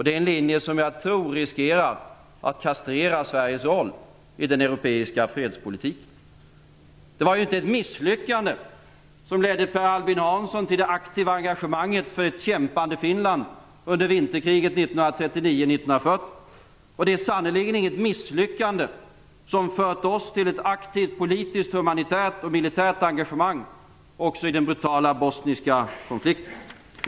Det är en linje som jag tror riskerar att kastrera Sveriges roll i den europeiska fredspolitiken. Det var inte ett misslyckande som ledde Per Albin Hansson till det aktiva engagemanget för ett kämpande Finland under vinterkriget 1939-1940. Och det är sannerligen inget misslyckande som fört oss till ett aktivt politiskt, humanitärt och militärt engagemang i den brutala bosniska konflikten.